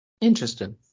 Interesting